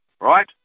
right